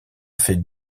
fait